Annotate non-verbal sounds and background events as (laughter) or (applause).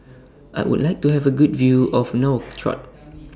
(noise) I Would like to Have A Good View of Nouakchott